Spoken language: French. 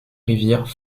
rivière